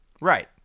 Right